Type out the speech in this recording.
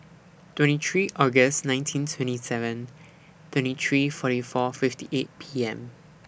twenty three August nineteen twenty seven twenty three forty four fifty eight P M